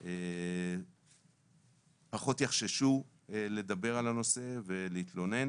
שפחות יחששו לדבר על הנושא ולהתלונן.